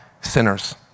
sinners